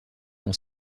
dans